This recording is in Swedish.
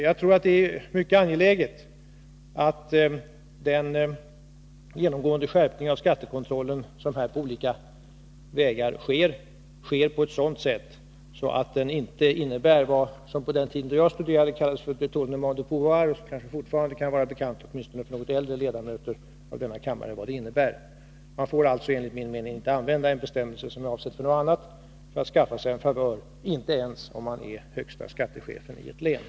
Jag tror att det är mycket angeläget att den genomgående skärpning av skattekontrollen som äger rum på olika vägar sker på ett sådant sätt att den inte innebär vad som på den tiden då jag studerade kallades för ”détournement de pouvoir”. Det kanske fortfarande kan vara bekant åtminstone för litet äldre ledamöter av denna kammare vad det innebär. Man får alltså enligt min mening inte använda en bestämmelse som är avsedd för något annat för att skaffa sig en favör, inte ens om man är högste skattechef i ett län.